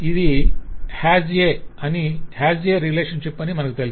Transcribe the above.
ఇది 'HAS A' relationship అని మనకు తెలుసు